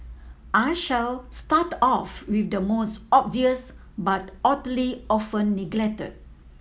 I shall start off with the most obvious but oddly often neglected